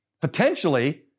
potentially